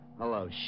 hello